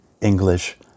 English